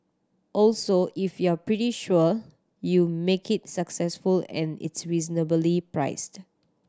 also if you're pretty sure you make it successful and it's reasonably priced